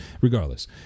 regardless